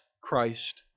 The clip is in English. Christ